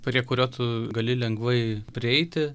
prie kurio tu gali lengvai prieiti